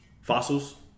fossils